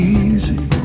easy